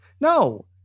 No